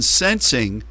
sensing